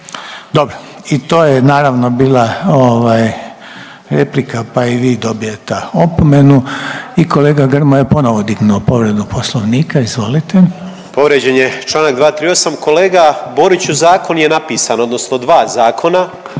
Dobro. I to je naravno, bila ovaj, replika pa i vi dobivate opomenu i kolega Grmoja je ponovo dignuo povredu Poslovnika, izvolite. **Grmoja, Nikola (MOST)** Povrijeđen je čl. 238. Kolega Boriću, zakon je napisan, odnosno 2 zakona.